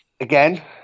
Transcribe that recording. again